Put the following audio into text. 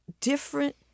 different